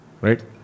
right